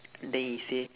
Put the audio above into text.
then he say